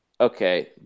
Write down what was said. okay